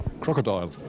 crocodile